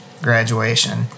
graduation